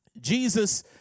Jesus